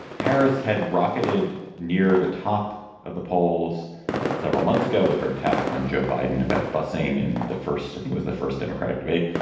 harris had rocketed near the top of the polls several months ago with her attack on joe biden about busing in the first, i think, was the first democratic debate,